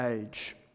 age